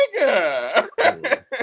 nigga